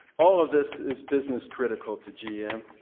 all of this is business critical to g m.